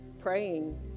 praying